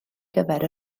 gyfer